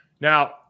Now